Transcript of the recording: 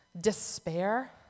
despair